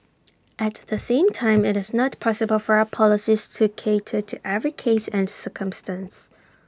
at the same time IT is not possible for our policies to cater to every case and circumstance